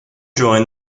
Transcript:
joined